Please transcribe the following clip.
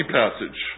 passage